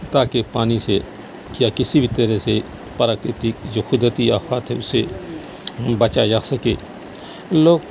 تاکہ پانی سے یا کسی بھی طرح سے پراکرتک جو قدرتی آفات ہیں اس سے بچا جا سکے لوگ